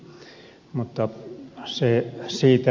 mutta se siitä